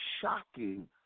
shocking